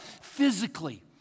physically